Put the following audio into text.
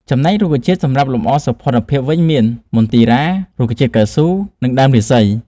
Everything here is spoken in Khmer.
ចំណែករុក្ខជាតិសម្រាប់លម្អសោភ័ណភាពវិញមាន មន្ទីរ៉ា , រុក្ខជាតិកៅស៊ូ , និងដើមរាសី ។